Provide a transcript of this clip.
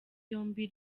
yombi